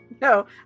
no